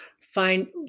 find